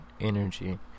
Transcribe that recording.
energy